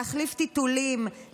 להחליף טיטולים,